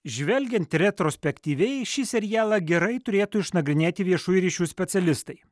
žvelgiant retrospektyviai šį serialą gerai turėtų išnagrinėti viešųjų ryšių specialistai